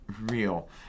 real